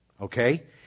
Okay